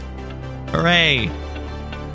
Hooray